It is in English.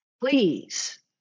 please